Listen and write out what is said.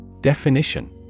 Definition